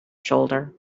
shoulder